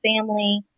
family